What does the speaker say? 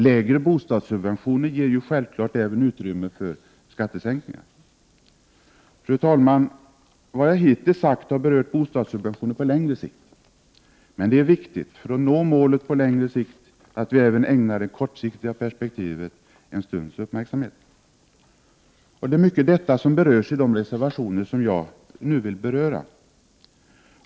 Lägre bostadssubventioner ger självklart även utrymme för skattesänkningar. Fru talman! Vad jag hittills sagt har berört bostadssubventioner på längre sikt, men det är viktigt, för att nå målet på lång sikt, att vi även ägnar det kortsiktiga perspektivet en stunds uppmärksamhet. Och det är mycket detta som behandlas i de reservationer jag nu vill beröra.